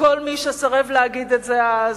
כל מי שסירב להגיד את זה אז,